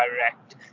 direct